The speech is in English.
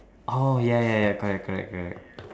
oh ya ya ya correct correct correct